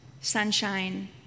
Sunshine